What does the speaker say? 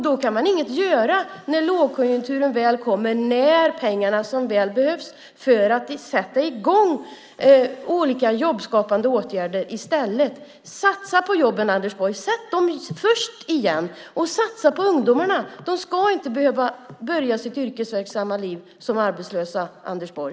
Då kan man inget göra när lågkonjunkturen väl kommer och de pengar som så väl skulle behövas för att sätta i gång olika jobbskapande åtgärder inte finns. Satsa på jobben, Anders Borg! Sätt dem främst igen! Och satsa på ungdomarna! De ska inte behöva börja sitt yrkesliv som arbetslösa, Anders Borg.